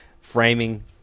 framing